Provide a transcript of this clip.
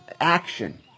action